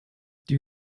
die